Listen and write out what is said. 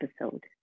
episode